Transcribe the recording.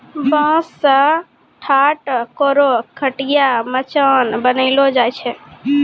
बांस सें ठाट, कोरो, खटिया, मचान बनैलो जाय छै